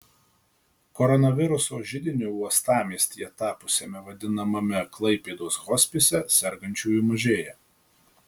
koronaviruso židiniu uostamiestyje tapusiame vadinamame klaipėdos hospise sergančiųjų mažėja